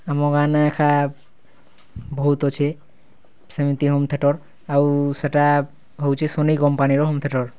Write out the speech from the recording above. ଆମ ଗାଁ'ନେ ଏକା ବହୁତ୍ ଅଛେ ସେମିତି ହୋମ୍ ଥିଏଟର୍ ଆଉ ସେଟା ହେଉଛେ ସୋନି କମ୍ପାନୀର ହୋମ୍ ଥିଏଟର୍